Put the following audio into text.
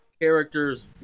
characters